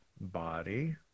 body